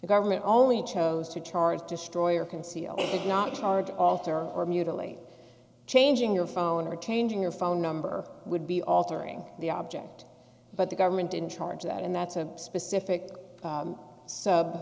government only chose to charge destroy or conceal it not charge alter or mutilate changing your phone or changing your phone number would be altering the object but the government in charge of that and that's a specific